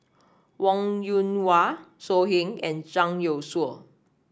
Wong Yoon Wah So Heng and Zhang Youshuo